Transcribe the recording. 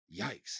Yikes